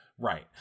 Right